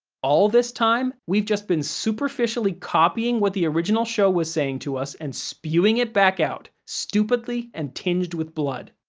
all this time, we've just been superficially copying what the original show was saying to us and spewing it back out, stupidly and tinged with blood.